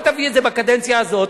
אל תביא את זה בקדנציה הזאת,